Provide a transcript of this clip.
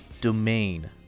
domain